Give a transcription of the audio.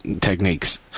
techniques